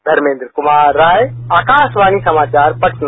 धर्मेन्द्र कुमार राय आकाशवाणी समाचार पटना